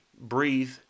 breathe